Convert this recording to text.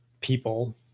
people